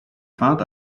fahrt